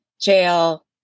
jail